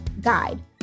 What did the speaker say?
guide